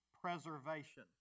preservation